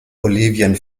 bolivien